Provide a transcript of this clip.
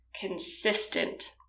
consistent